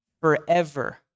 forever